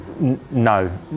no